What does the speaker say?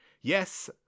Yes